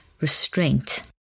restraint